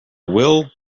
will